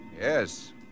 Yes